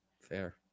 fair